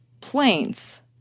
planes